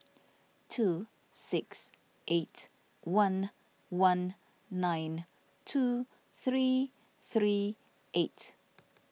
two six eight one one nine two three three eight